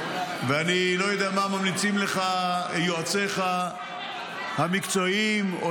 ואני לא יודע מה ממליצים לך יועציך המקצועיים או